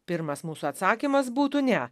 pirmas mūsų atsakymas būtų ne